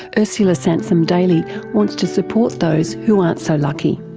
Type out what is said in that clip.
ursula sansom-daly wants to support those who aren't so lucky.